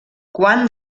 quant